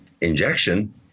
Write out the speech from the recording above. injection